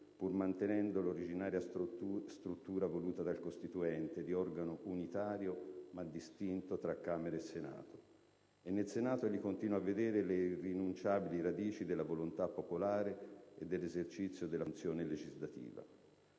pur mantenendo l'originaria struttura voluta dal Costituente di organo unitario, ma distinto tra Camera e Senato. E nel Senato egli continua a vedere le irrinunciabili radici della volontà popolare e dell'esercizio della funzione legislativa.